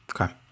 Okay